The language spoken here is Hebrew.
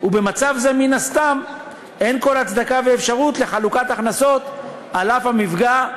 במצב זה מן הסתם אין כל הצדקה ואפשרות לחלוקת הכנסות על אף המפגע,